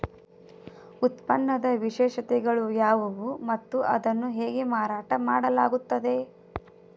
ಉತ್ಪನ್ನದ ವಿಶೇಷತೆಗಳು ಯಾವುವು ಮತ್ತು ಅದನ್ನು ಹೇಗೆ ಮಾರಾಟ ಮಾಡಲಾಗುತ್ತದೆ?